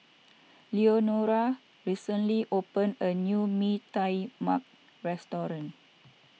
Leonore recently opened a new Mee Tai Mak restaurant